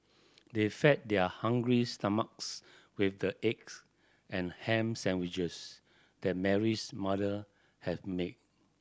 they fed their hungry stomachs with the eggs and ham sandwiches that Mary's mother had made